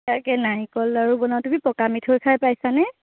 তাকে নাৰিকলৰ লাড়ু বনাওঁ তুমি পকা মিঠৈ খাই পাইছা নে